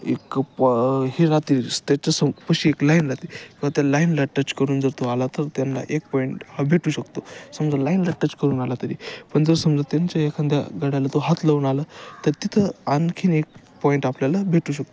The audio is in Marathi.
एक पॉ हे राहतील त्याच्या सं पाशी एक लाईन राहते तर त्या लाईनला टच करून जर तो आला तर त्यांना एक पॉईंट हा भेटू शकतो समजा लाईनला टच करून आला तरी पण जर समजा त्यांच्या एखाद्या गड्याला तो हात लावून आला तर तिथं आणखीन एक पॉईंट आपल्याला भेटू शकतो